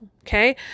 Okay